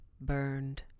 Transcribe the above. burned